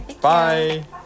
bye